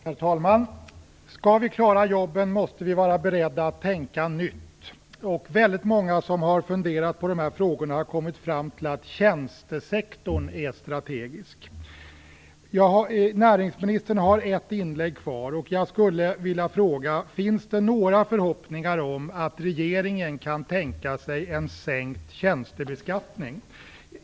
Herr talman! Skall vi klara jobben måste vi vara beredda att tänka nytt. Väldigt många som har funderat på de här frågorna har kommit fram till att tjänstesektorn är strategisk. Näringsministern har ett inlägg kvar, och jag skulle vilja fråga: Finns det några förhoppningar om att regeringen kan tänka sig en sänkt tjänstebeskattning?